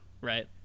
right